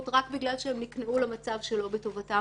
רק בגלל שהם נקלעו למצב שלא בטובתם.